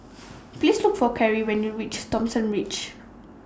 Please Look For Cary when YOU REACH Thomson Ridge